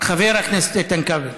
חבר הכנסת איתן כבל.